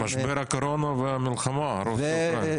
משבר הקורונה והמלחמה רוסיה אוקראינה.